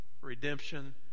redemption